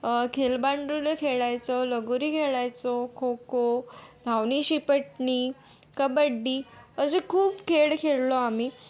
खेलबांडुळं खेळायचो लगोरी खेळायचो खो खो धावणी शिपटणी कबड्डी असे खूप खेळ खेळलो आम्ही